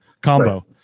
combo